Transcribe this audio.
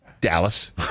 Dallas